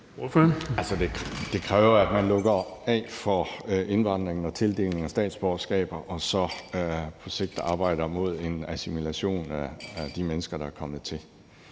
det kræver jo, at man lukker af for indvandringen og tildelingen af statsborgerskaber og så på sigt arbejder hen imod en assimilation af de mennesker, der er kommet til.